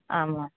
आं वा